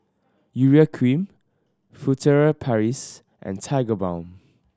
Urea Cream Furtere Paris and Tigerbalm